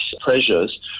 pressures